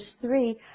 three